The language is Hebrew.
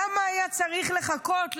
למה היה צריך לחכות?